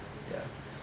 ya